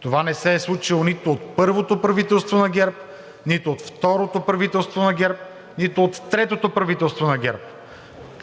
Това не се е случило нито от първото правителство на ГЕРБ, нито от второто правителство на ГЕРБ, нито от третото правителство на ГЕРБ!